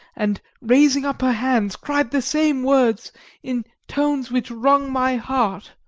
and raising up her hands, cried the same words in tones which wrung my heart.